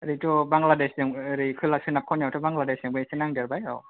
ओरैथ' बांग्लादेशजों ओरै खोला सोनाब खनायावथ' बांग्लादेशजोंबो एसे नांदेरबाय औ